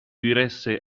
diresse